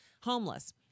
homeless